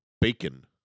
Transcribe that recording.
Bacon